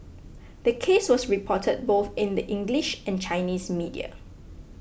the case was reported both in the English and Chinese media